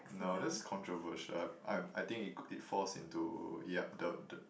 no that's controversial I I I think it it falls into yup the the